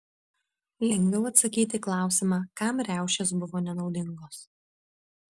lengviau atsakyti į klausimą kam riaušės buvo nenaudingos